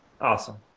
Awesome